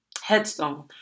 headstone